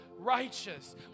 Righteous